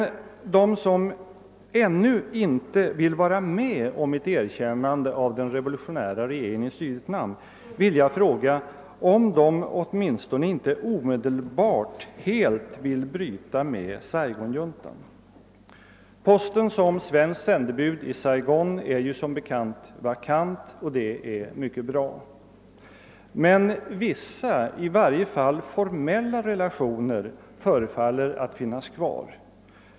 Till dem som ännu inte vill vara med om ett erkännande av den revolutionära regeringen i Sydvietnam vill jag ställa frågan, om de åtminstone inte omedelbart vill helt bryta med Saigonjuntan. Posten som svenskt sändebud i Saigon är som bekant vakant och det är mycket bra. Vissa — i varje fall formella — relationer förefaller att finnas kvar.